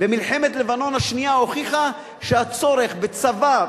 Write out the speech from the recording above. ומלחמת לבנון השנייה הוכיחה שהצורך בצבא,